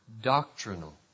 doctrinal